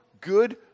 good